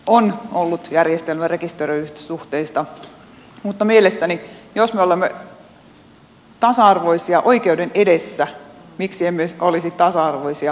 on ollut järjestelmä rekisteröidyistä suhteista mutta mielestäni jos me olemme tasa arvoisia oikeuden edessä miksi emme olisi tasa arvoisia oikeudellisesti myös